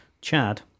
Chad